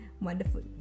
Wonderful